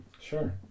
Sure